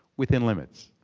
within limits.